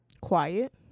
Quiet